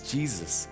Jesus